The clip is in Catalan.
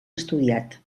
estudiat